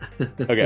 okay